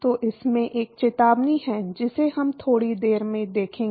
तो इसमें 1 चेतावनी है जिसे हम थोड़ी देर में देखेंगे